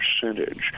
percentage